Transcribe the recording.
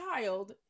child